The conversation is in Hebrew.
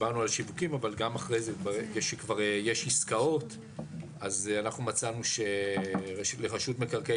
דיברנו על שיווקים אבל גם אחרי שכבר יש עסקאות מצאנו שלרשות מקרקעי